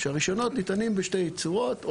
שהרישיונות ניתנים בשתי צורות - או